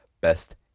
Best